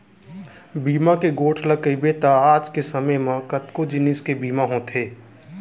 बीमा के गोठ ल कइबे त आज के समे म कतको जिनिस के बीमा होथे